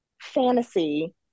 fantasy